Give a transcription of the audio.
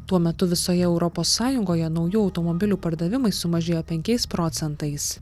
tuo metu visoje europos sąjungoje naujų automobilių pardavimai sumažėjo penkiais procentais